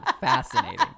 fascinating